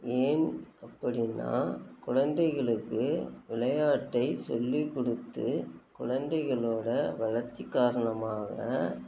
ஏன் அப்படின்னால் குழந்தைகளுக்கு விளையாட்டை சொல்லிக் கொடுத்து குழந்தைங்களோட வளர்ச்சி காரணமாக